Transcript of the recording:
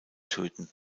töten